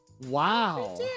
Wow